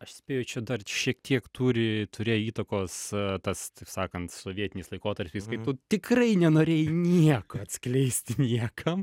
aš spėju čia šiek tiek turi turėjo įtakos tas taip sakant sovietinis laikotarpis kai tu tikrai nenorėjai nieko atskleisti niekam